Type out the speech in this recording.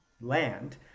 land